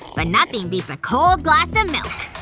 but nothing beats a cold glass of milk